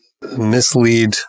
mislead